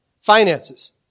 Finances